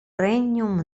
regnum